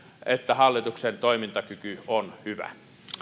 että hallituksen toimintakyky on hyvä